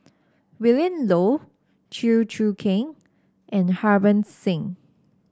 Willin Low Chew Choo Keng and Harbans Singh